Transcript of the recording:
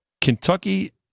Kentucky –